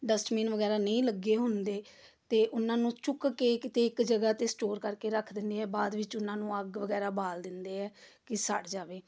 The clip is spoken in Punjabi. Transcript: ਡਸਟਬੀਨ ਵਗੈਰਾ ਨਹੀਂ ਲੱਗੇ ਹੁੰਦੇ ਅਤੇ ਉਹਨਾਂ ਨੂੰ ਚੁੱਕ ਕੇ ਕਿਤੇ ਇੱਕ ਜਗ੍ਹਾ 'ਤੇ ਸਟੋਰ ਕਰਕੇ ਰੱਖ ਦਿੰਦੇ ਹਾਂ ਬਾਅਦ ਵਿੱਚ ਉਹਨਾਂ ਨੂੰ ਅੱਗ ਵਗੈਰਾ ਬਾਲ ਦਿੰਦੇ ਹੈ ਕਿ ਸੜ ਜਾਵੇ